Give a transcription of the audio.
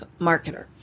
marketer